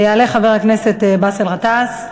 יעלה חבר הכנסת באסל גטאס.